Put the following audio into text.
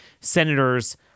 senators